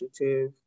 initiative